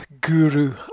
guru